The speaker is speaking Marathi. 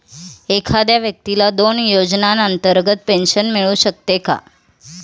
एखाद्या व्यक्तीला दोन योजनांतर्गत पेन्शन मिळू शकते का?